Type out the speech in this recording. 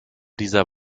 dieser